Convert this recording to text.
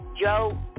Joe